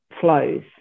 flows